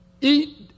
Eat